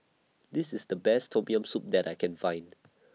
This IS The Best Tom Yam Soup that I Can Find